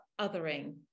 othering